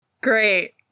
great